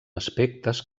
aspectes